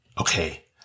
Okay